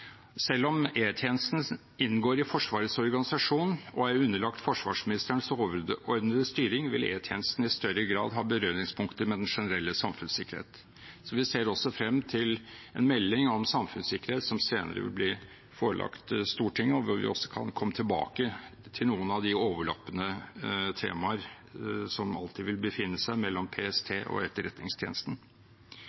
Selv om E-tjenesten inngår i Forsvarets organisasjon og er underlagt forsvarsministerens overordnede styring, vil E-tjenesten i større grad ha berøringspunkter med den generelle samfunnssikkerheten. Vi ser også frem til en melding om samfunnssikkerhet som senere vil bli forelagt Stortinget, der vi også kan komme tilbake til noen av de overlappende temaene som alltid vil befinne seg mellom PST